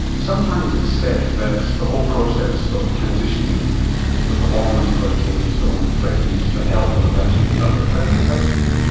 sometimes it's said that the whole process so of transitioning with the hormones you've got to take and so on threatens the health of a person who does it. how's your health been?